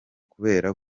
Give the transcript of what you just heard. kubera